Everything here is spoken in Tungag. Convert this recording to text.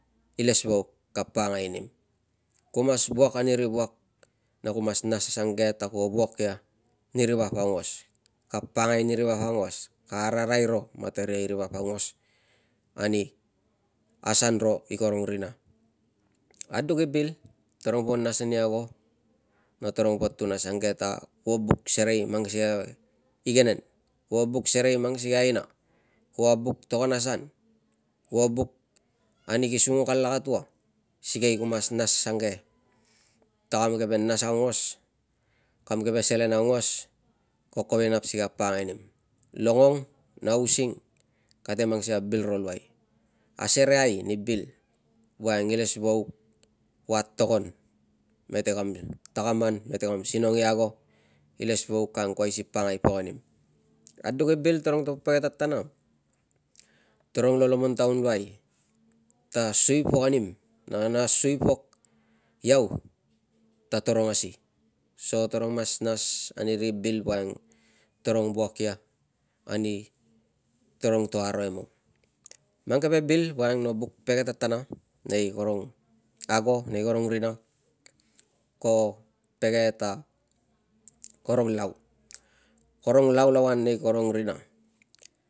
Ilesvauk ka pakangai nim. Ku mas wuak ani ri wuak na ku mas nas asange ta kuo wuak ia ani ri vap aungos ka pakangai ni ri vap aungos, ka ararai ro mataria i ri vap aungos ani asan ro i karong rina. Aduk i bil tarong po nas ani ago na tarung po tun asange ta kuo buk serei mang sikei a igenen, kuo buk serei mang sikei a aina, kuo buk togon asan, kuo buk ani ki sunguk alakat ua sikei ku mas nas asange ta kam keve nas aungos, kam keve selen aungos parik ko kovek i nap si ka nap si ka pakangai nim. Longong na using kate mang sikei a bil ro luai, asereai ni bil woiang ilesvauk ku atogon mete kam takaman, mete kam sinong i ago ilesvauk ka angkuai si ka pakangai pok anim. Aduk i bil tarung to pege tatana tarong lo lomontaun luai ta sui pok anim na na sui pok iau ta tarong a si? So tarong mas nas ani ri bil woiang tarong wuak ia ani tarung to aro emung. Mang keve bil woiang no buk pege tatana nei karong ago nei karung rina ko pege ta karong lau- karong laulauan nei karong rina